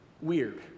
weird